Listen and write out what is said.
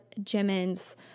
jimin's